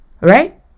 Right